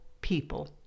people